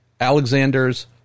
Alexander's